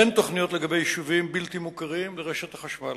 אין תוכניות לגבי חיבור יישובים בלתי מוכרים לרשת החשמל.